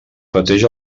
pateix